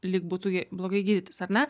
lyg būtų blogai gydytis ar ne